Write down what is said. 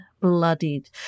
bloodied